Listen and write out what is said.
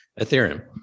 ethereum